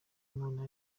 muntu